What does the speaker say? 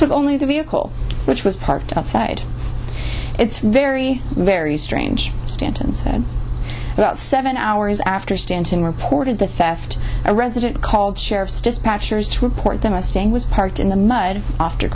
took only the vehicle which was parked outside it's very very strange stanton said about seven hours after stanton reported the theft a resident called sheriff's dispatchers to report that mustang was parked in the mud after